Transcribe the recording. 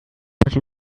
put